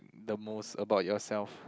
the most about yourself